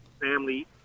family